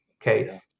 Okay